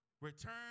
return